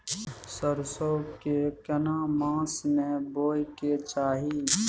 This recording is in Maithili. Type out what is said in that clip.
सरसो के केना मास में बोय के चाही?